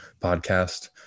podcast